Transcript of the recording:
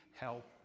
help